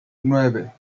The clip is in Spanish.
nueve